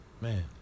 Man